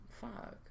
fuck